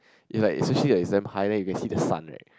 is like especially it's damn high you can see the sun right